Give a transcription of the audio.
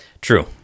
True